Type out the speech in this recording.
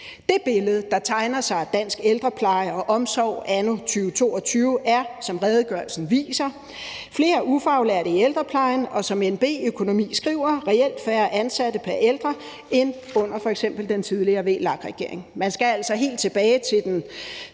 Det billede, der tegner sig af dansk ældrepleje og omsorg anno 2022, er, som redegørelsen viser, flere ufaglærte i ældreplejen og – som NB-Økonomi skriver – reelt færre ansatte pr. ældre end under f.eks. den tidligere VLAK-regering. Man skal altså helt tilbage til